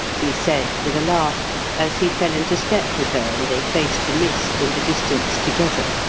he said with a laugh as he fell into step with her and they faced the mist and the distance together.